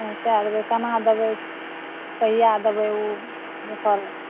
पहुँचाए देबै केना देबै कहिआ देबै ओ ओकर